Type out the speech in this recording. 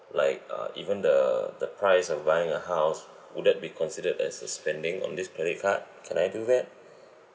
like uh even the the price of buying a house would that be considered as a spending on this credit card can I do that